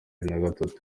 nagatatu